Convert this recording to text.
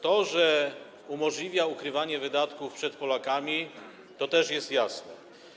To, że umożliwia ukrywanie wydatków przed Polakami, też jest jasne.